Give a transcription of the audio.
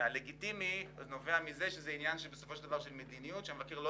לגיטימיות נובעת מזה שמדובר במדיניות שהמבקר לא